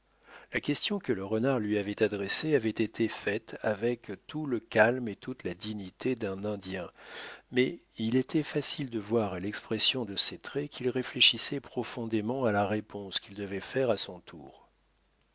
la question que le renard lui avait adressée avait été faite avec tout le calme et toute la dignité d'un indien mais il était facile de voir à l'expression de ses traits qu'il réfléchissait profondément à la réponse qu'il devait faire à son tour